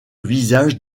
visage